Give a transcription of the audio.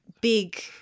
big